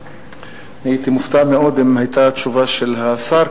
אני הייתי מופתע מאוד אם היתה תשובה של השר,